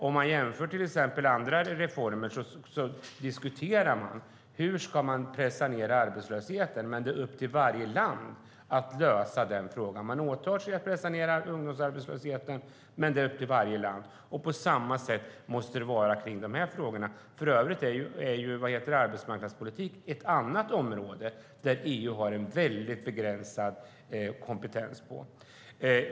Om man jämför med andra reformer diskuterar man till exempel hur man ska pressa ned arbetslösheten, men det är upp till varje land att lösa frågan. Man åtar sig att pressa ned ungdomsarbetslösheten, men det är upp till varje land. På samma sätt måste det vara i dessa frågor. För övrigt är arbetsmarknadspolitik ett annat område där EU har en väldigt begränsad kompetens.